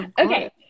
Okay